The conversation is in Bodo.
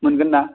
मोनगोन ना